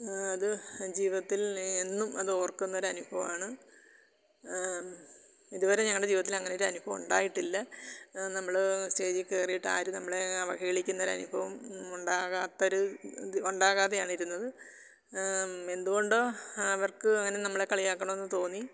അത് ജീവിതത്തിൽ എന്നും അത് ഓർക്കുന്നൊരു അനുഭവമാണ് ഇതുവരെ ഞങ്ങളുടെ ജീവിതത്തിൽ അങ്ങനെയൊരു അനുഭവം ഉണ്ടായിട്ടില്ല നമ്മൾ സ്റ്റേജിൽ കയറിയിട്ട് ആരും നമ്മളെ അവഹേളിക്കുന്നൊരു അനുഭവം ഉണ്ടാകാത്തൊരു ഉണ്ടാകാതെയാണ് ഇരുന്നത് എന്തുകൊണ്ടോ അവർക്ക് അങ്ങനെ നമ്മളെ കളിയാക്കണം എന്ന് തോന്നി